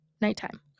Nighttime